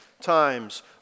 times